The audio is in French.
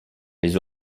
les